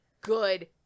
good